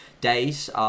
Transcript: days